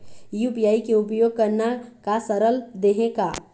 UPI के उपयोग करना का सरल देहें का?